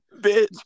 Bitch